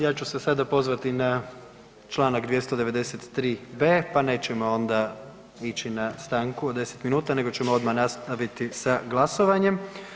Ja ću se sada pozvati na čl. 293.b pa nećemo onda ići na stanku od 10 minuta nego ćemo odmah nastaviti sa glasovanjem.